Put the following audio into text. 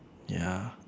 ya